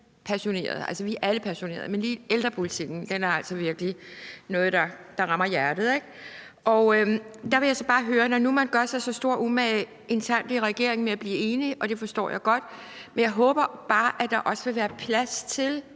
passionerede. Vi er alle passionerede, men lige ældrepolitikken er altså virkelig noget, der rammer hjertet. Der vil jeg så bare høre: Når nu man gør sig stor umage internt i regeringen med at blive enige – og det forstår jeg godt – håber jeg bare, at der også vil være plads til,